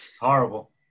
Horrible